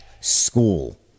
school